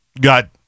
got